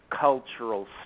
cultural